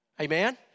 Amen